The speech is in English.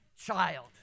child